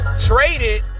Traded